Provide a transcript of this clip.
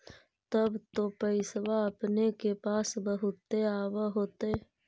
तब तो पैसबा अपने के पास बहुते आब होतय?